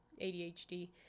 ADHD